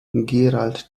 gerald